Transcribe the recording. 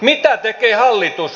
mitä tekee hallitus